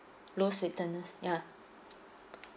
low sweetness ya